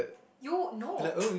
you no